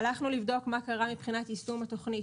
הלכנו לבדוק מה קרה מבחינת יישום התוכנית.